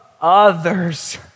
others